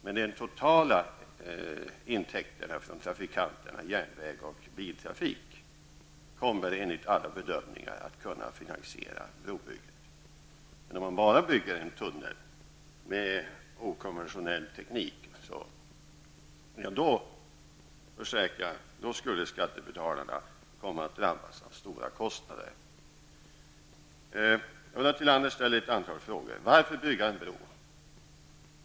Men de totala intäkterna från trafikanterna, järnväg och biltrafik, kommer enligt alla bedömningar att kunna finansiera brobygget. Men om man bygger enbart en tunnel med okonventionell teknik, skulle skattebetalarna drabbas av stora kostnader, det kan jag försäkra. Ulla Tillander ställer ett antal frågor. Varför bygga en bro?